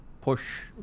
push